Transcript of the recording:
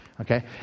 Okay